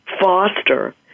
foster